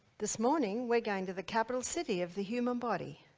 this morning we're going to the capital city of the human body,